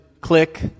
click